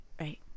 right